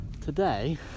today